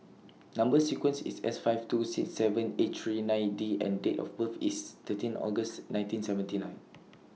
Number sequence IS S five two six seven eight three nine D and Date of birth IS thirteen August nineteen seventy nine